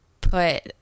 put